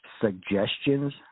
suggestions